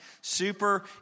Super